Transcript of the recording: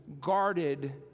guarded